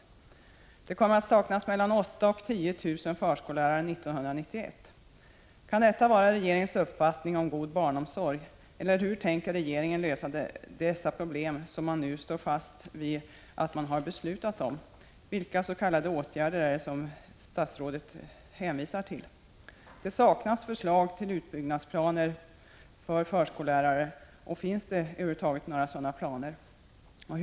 1991 kommer det att saknas mellan 8 000 och 10 000 förskollärare. Kan detta vara regeringens uppfattning om god barnomsorg? Eller hur tänker regeringen lösa dessa problem, om man nu står fast vid fattade beslut? Vilka s.k. åtgärder är det statsrådet hänvisar till? Det saknas förslag till utbyggnad av förskollärarutbildning. Eller finns det planer på en sådan utbyggnad?